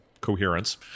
coherence